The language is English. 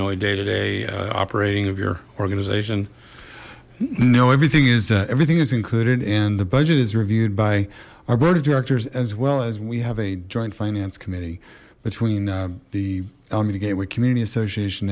know a day to day operating of your organization no everything is everything is included and the budget is reviewed by our board of directors as well as we have a joint finance committee between the alameda gateway community association